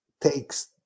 takes